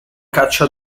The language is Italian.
caccia